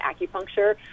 acupuncture